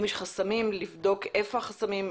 אם יש חסמים לבדוק איפה החסמים,